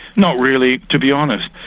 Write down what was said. not really. to be honest,